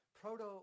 proto